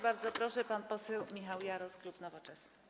Bardzo proszę, pan poseł Michał Jaros, klub Nowoczesna.